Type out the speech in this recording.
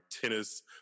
tennis